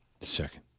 second